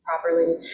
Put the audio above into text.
properly